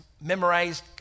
memorized